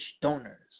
donors